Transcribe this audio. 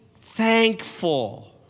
thankful